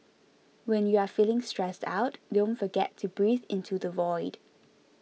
when you are feeling stressed out don't forget to breathe into the void